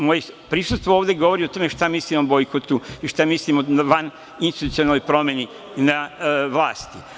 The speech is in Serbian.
Moje prisustvo ovde govori o tome šta mislim o bojkotu i šta mislim o vaninstitucionalnoj promeni vlasti.